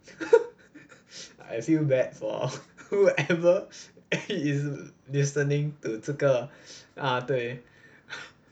I feel bad for whoever is listening to 这个 ah 对